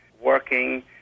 working